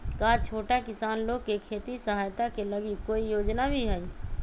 का छोटा किसान लोग के खेती सहायता के लगी कोई योजना भी हई?